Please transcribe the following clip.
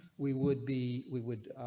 we would be we would.